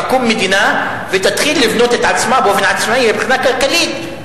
תקום מדינה ותתחיל לבנות את עצמה באופן עצמי מבחינה כלכלית,